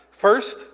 First